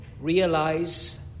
realize